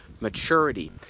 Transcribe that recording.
maturity